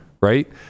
right